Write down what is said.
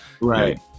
right